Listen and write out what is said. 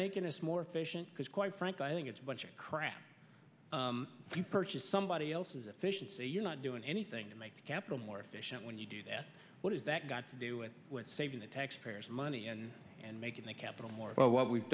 making us more efficient because quite frankly i think it's a bunch of crap if you purchase somebody else's efficiency you're not doing anything to make capital more efficient when you do that what is that got to do with saving the taxpayers money and and making the capital more of what we've